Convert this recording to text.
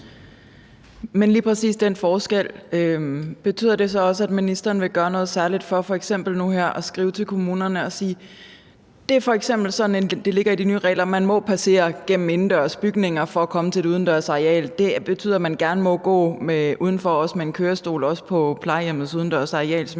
lige præcis den forskel så også, at ministeren vil gøre noget særligt for f.eks. nu her at skrive til kommunerne og sige, at det f.eks. er sådan – det ligger i de nye regler – at man må passere gennem indendørs bygninger for at komme til et udendørs areal. Det betyder, at man også gerne må gå udenfor med en kørestol på plejehjemmets udendørsareal